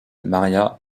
maria